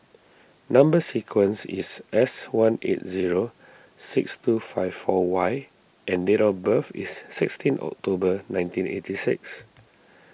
Number Sequence is S one eight zero six two five four Y and date of birth is sixteen October nineteen eight six